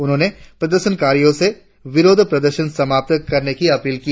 उन्होंने प्रदर्शनकारियों से विरोध प्रदर्शन समाप्त करने की अपील की